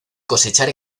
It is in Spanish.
cosechar